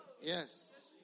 Yes